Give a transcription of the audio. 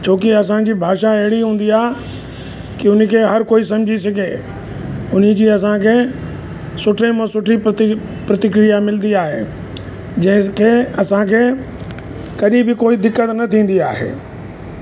छो की असांजी भाषा अहिड़ी हूंदी आहे की उन्ही खे हर कोई सम्झी सघे उन्ही जी असांखे सुठे मां सुठी प्रति प्रतिक्रया मिलंदी आहे जंहिं खे असांखे कॾहि बि कोई दिक़त न थींदी आहे